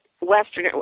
Western